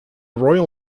royal